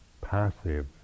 passive